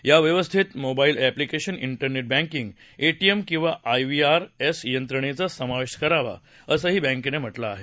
या व्यवस्थेत mobile application internet बँकीग एटीएम किंवा आयव्ही आर एस यंत्रणेचा समावेश करावा असंही बँकेनं म्हटलं आहे